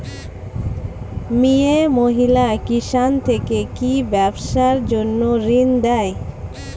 মিয়ে মহিলা কিষান থেকে কি ব্যবসার জন্য ঋন দেয়?